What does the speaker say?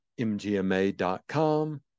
mgma.com